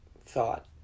thought